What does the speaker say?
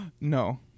No